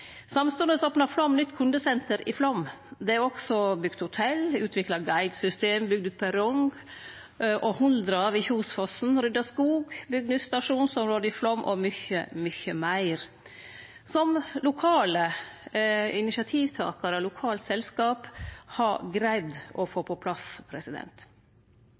det er utvikla guidesystem, det er bygd ut perrong, me har huldra i Kjosfossen, det er rydda skog, det er bygd ut nytt stasjonsområde i Flåm og mykje, mykje meir – som lokale initiativtakarar og lokale selskap har greidd å få på plass.